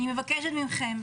אני מבקשת מכם,